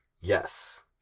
Yes